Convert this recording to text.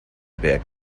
berg